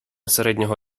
середнього